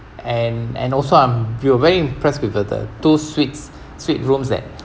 and and also I'm we were very impressed with the the two suites suite rooms that